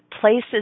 places